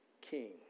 king